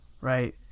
Right